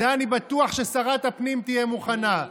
לזה אני בטוח ששרת הפנים תהיה מוכנה.